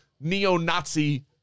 neo-Nazi